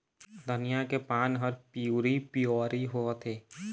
धनिया के पान हर पिवरी पीवरी होवथे?